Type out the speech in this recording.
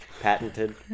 Patented